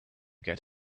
get